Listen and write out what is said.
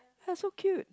!ha! so cute